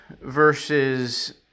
verses